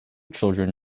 children